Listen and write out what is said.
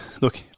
look